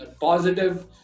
positive